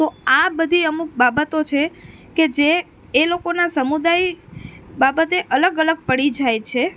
તો આ બધી અમુક બાબતો છે કે જે એ લોકોનાં સમુદાય બાબતે અલગ અલગ પડી જાય છે